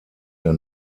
der